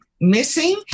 missing